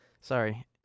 Sorry